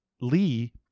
Lee